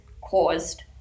caused